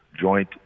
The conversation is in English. joint